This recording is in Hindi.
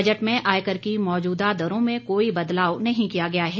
बजट में आयकर की मौजूदा दरो में कोई बदलाव नहीं किया गया है